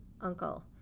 uncle